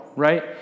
Right